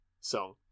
song